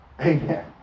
Amen